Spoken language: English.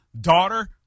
daughter